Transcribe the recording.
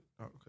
Okay